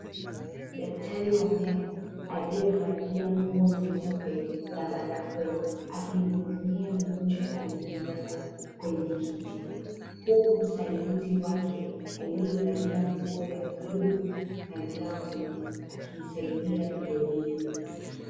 Daktari wa meno aliyevalia nguo nyeupe na barakoa akimhudumia mgonjwa aliyelala kwenye kiti huku msaidizi wake aliyevalia nguo ya buluu na glavu akimsaidia vilevile.